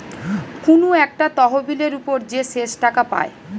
কুনু একটা তহবিলের উপর যে শেষ টাকা পায়